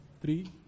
Three